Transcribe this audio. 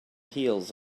heels